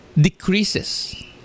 decreases